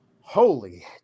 holy